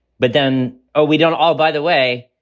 but then. oh, we don't all by the way,